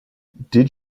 did